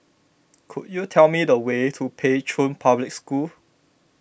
could you tell me the way to Pei Chun Public School